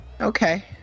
okay